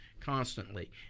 constantly